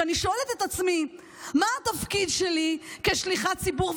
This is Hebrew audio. כשאני שואלת את עצמי מה התפקיד שלי כשליחת ציבור,